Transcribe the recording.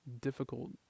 difficult